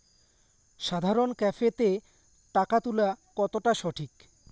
সাধারণ ক্যাফেতে টাকা তুলা কতটা সঠিক?